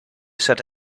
set